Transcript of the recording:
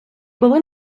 були